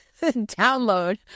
download